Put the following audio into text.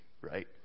right